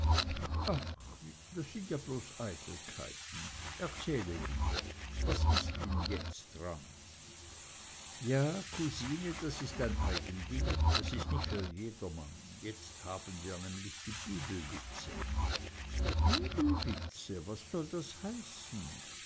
das sind ja bloß eitelkeiten erzähle lieber was ist denn jetzt dran ja cousine das ist ein eigen ding das ist nicht für jedermann jetzt haben wir nämlich die bibelwitze die bibelwitze was soll das heißen